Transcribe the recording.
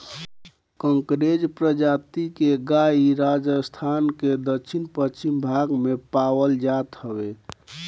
कांकरेज प्रजाति के गाई राजस्थान के दक्षिण पश्चिम भाग में पावल जात हवे